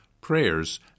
prayers